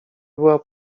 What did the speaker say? była